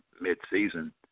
mid-season